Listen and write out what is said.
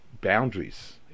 boundaries